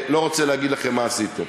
לא רוצה להגיד לכם מה עשיתם.